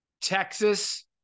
Texas